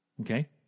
Okay